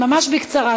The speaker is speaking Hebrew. ממש בקצרה.